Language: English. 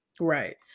Right